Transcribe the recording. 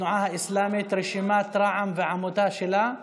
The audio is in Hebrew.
התנועה האסלאמית, רשימת רע"מ ועמותה שלה,